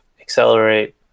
accelerate